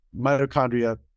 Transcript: mitochondria